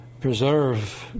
preserve